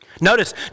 Notice